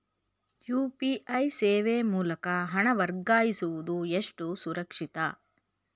UPI ಸೇವೆ ಮೂಲಕ ಹಣ ವರ್ಗಾಯಿಸುವುದು ಎಷ್ಟು ಸುರಕ್ಷಿತ?